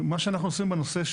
מה שאנחנו עושים בנושא,